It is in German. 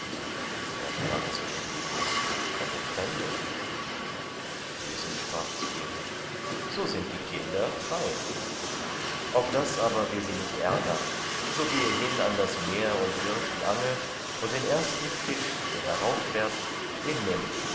da sprach zu ihm petrus von den fremden jesus sprach zu ihm so sind die kinder frei auf daß aber wir sie nicht ärgern so gehe hin an das meer und wirf die angel und den ersten fisch der herauffährt den nimm